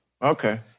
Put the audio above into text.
Okay